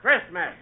Christmas